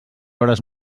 hores